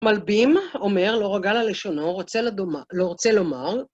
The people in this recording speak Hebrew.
מלבי"ם אומר "לא רגל על ללשונו" רוצה לדומ... הוא רוצה לומר...